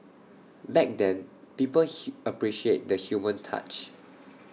back then people appreciated the human touch